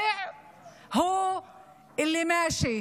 (אומרת בערבית: